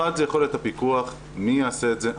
אחד זה יכולת הפיקוח מי יעשה את זה,